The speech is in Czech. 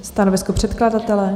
Stanovisko předkladatele?